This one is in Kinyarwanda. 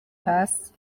hasi